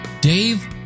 Dave